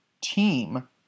team